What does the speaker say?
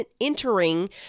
entering